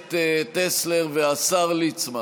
הכנסת טסלר והשר ליצמן.